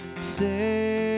Say